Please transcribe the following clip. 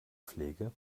pflege